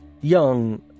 young